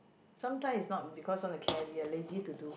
sometime is not because want to care we are lazy to do